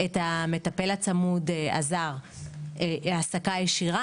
את המטפל הזר הצמוד בהעסקה ישירה.